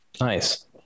nice